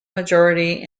majority